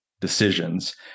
decisions